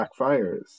backfires